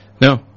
No